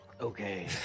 okay